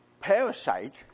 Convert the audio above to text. parasite